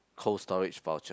Cold Storage voucher